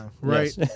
Right